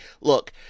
look